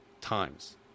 times